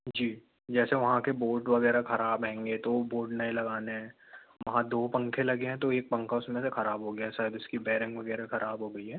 जी जैसे वहाँ के बोर्ड वगैरह खराब हैंगे तो बोर्ड नए लगाने हैं वहाँ दो पंखे लगे हैं तो एक पंखा उस में से खराब हो गया है शायद इसकी बेरिंग वगैरह खराब हो गई है